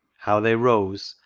how they rose,